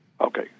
Okay